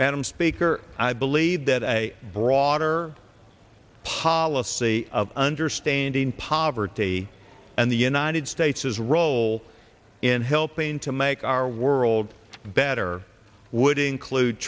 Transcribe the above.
madam speaker i believe that a broader policy of understanding poverty and the united states's role in helping to make our world better would include